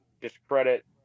discredit